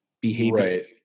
behavior